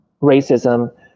racism